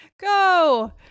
Go